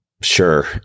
sure